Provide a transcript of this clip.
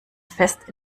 fest